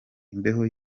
imbeho